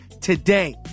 today